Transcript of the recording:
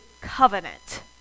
covenant